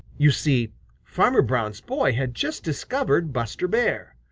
you see farmer brown's boy had just discovered buster bear.